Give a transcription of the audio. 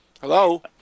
Hello